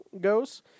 goes